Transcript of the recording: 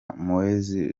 mowzey